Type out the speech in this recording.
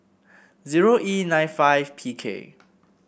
zero E nine five P K